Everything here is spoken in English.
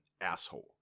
asshole